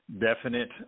definite